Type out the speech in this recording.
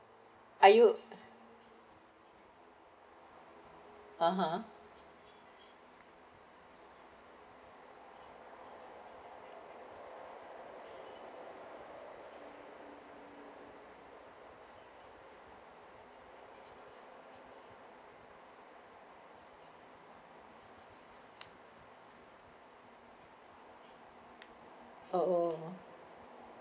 are you (uh huh) oh